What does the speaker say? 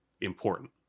important